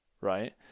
right